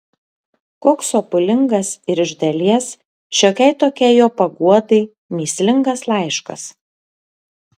koks sopulingas ir iš dalies šiokiai tokiai jo paguodai mįslingas laiškas